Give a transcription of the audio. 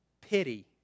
pity